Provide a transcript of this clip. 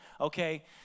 okay